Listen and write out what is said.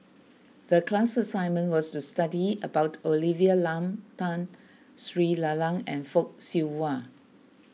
the class assignment was to study about Olivia Lum Tun Sri Lanang and Fock Siew Wah